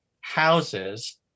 houses